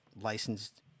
licensed